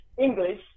English